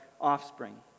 offspring